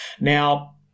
now